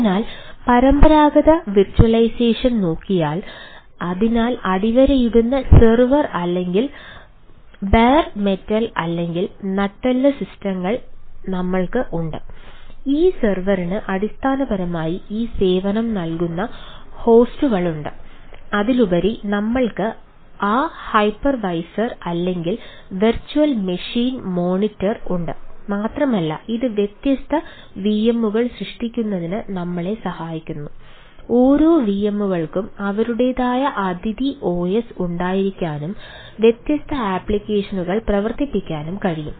അതിനാൽ പരമ്പരാഗത വെർച്വലൈസേഷൻ പ്രവർത്തിപ്പിക്കാനും കഴിയും